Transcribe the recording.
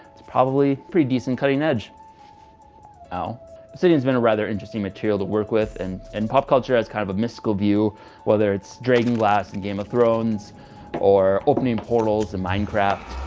it's probably pretty decent cutting edge o citians been a rather interesting material to work with and in pop culture has kind of a mystical view whether it's dragon glass and game of thrones or opening portals and minecraft